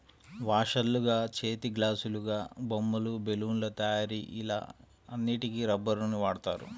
వాషర్లుగా, చేతిగ్లాసులాగా, బొమ్మలు, బెలూన్ల తయారీ ఇలా అన్నిటికి రబ్బరుని వాడుతారు